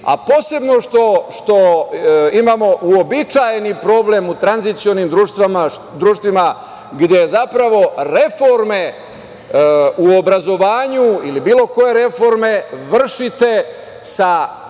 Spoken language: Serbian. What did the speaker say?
a posebno što imamo uobičajeni problem u tranzicionim društvima gde reforme u obrazovanju ili bilo koje reforme vršite sa